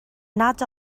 nad